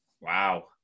Wow